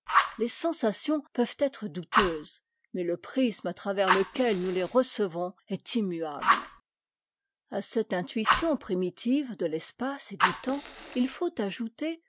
les sensations peuvent être douteuses mais le prisme à travers lequel nous les recevons est immuable a cette intuition primitive de'l'espace et du temps il faut ajouter